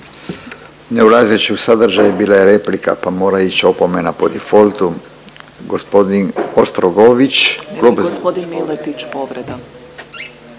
Ne ulazeći u sadržaj bila je replika pa mora ići opomena po defaultu. Gospodin Ostrogović,